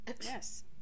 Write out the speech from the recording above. Yes